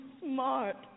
smart